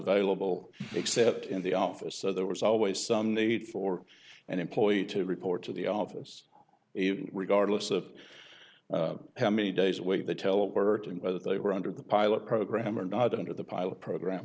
available except in the office so there was always some need for an employee to report to the office even regardless of how many days away the teleporter to and whether they were under the pilot program or not under the pilot program